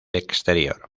exterior